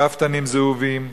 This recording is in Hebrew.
קַפטנים זהובים,